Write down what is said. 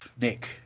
Nick